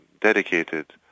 dedicated